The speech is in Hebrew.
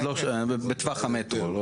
בטווח המטרו.